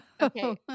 Okay